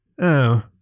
Oh